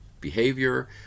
behavior